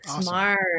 Smart